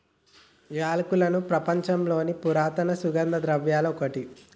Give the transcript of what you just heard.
యాలకులు ప్రపంచంలోని పురాతన సుగంధ ద్రవ్యలలో ఒకటి